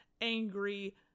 angry